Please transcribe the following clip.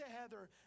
Heather